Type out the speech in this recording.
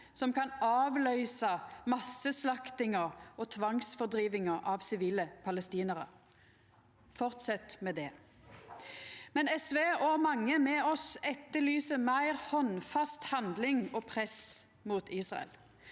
som kan avløysa masseslaktinga og tvangsfordrivinga av sivile palestinarar. Fortset med det. Men SV og mange med oss etterlyser meir handfast handling og press mot Israel.